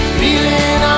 feeling